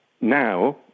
Now